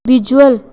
visual